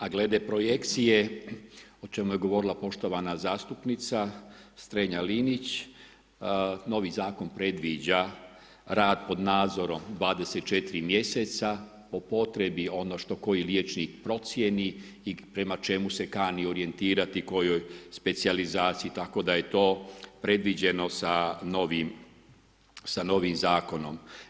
A glede projekcije o čemu je govorila poštovana zastupnica Strenja-Linić novi zakon predviđa rad pod nadzorom 24 mjeseca po potrebi ono što koji liječnik procjeni i prema čemu se kani orijentirati kojoj specijalizaciji tako da je to predviđeno sa novim zakonom.